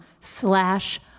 slash